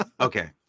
okay